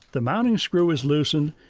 the mounting screw is loosened,